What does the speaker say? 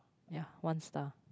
ya one star